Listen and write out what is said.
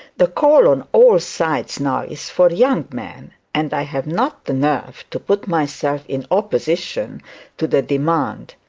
the call on all sides now is for young men, and i have not the nerve to put myself in opposition to the demand.